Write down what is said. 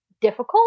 difficult